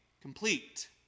complete